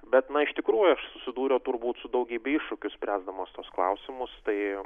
bet na iš tikrųjų aš susidūriau turbūt su daugybe iššūkių spręsdamas tuos klausimus tai